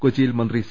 കൊച്ചിയിൽ മന്ത്രി സി